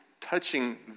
touching